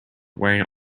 wearing